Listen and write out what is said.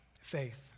faith